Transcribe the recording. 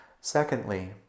Secondly